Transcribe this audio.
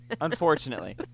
Unfortunately